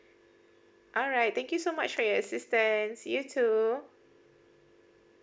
alright thank you so much for your assistance you too